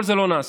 כל זה לא נעשה.